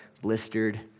blistered